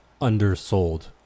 undersold